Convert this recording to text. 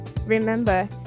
Remember